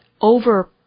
over